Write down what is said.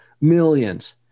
millions